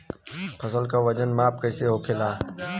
फसल का वजन माप कैसे होखेला?